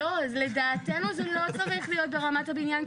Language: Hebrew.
לדעתנו זה לא צריך להיות ברמת הבניין,